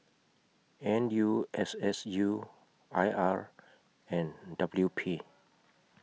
N U S S U I R and W P